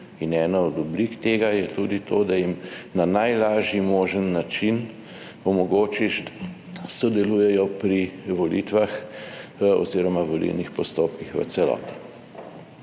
in ena od oblik tega je tudi to, da jim na najlažji možen način omogočiš, da sodelujejo pri volitvah oziroma volilnih postopkih v celoti.